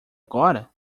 agora